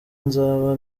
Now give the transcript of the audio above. nzaba